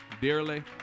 dearly